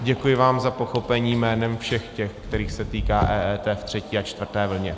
Děkuji vám za pochopení jménem všech těch, kterých se týká EET ve třetí a čtvrté vlně.